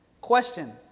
Question